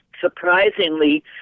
surprisingly